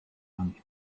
and